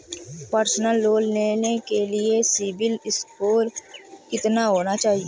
Personal loan लेने के लिए सिबिल स्कोर कितना होना चाहिए?